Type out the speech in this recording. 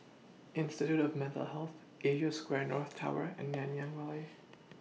Institute of Mental Health Asia Square North Tower and Nanyang Valley